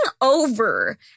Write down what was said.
over